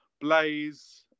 Blaze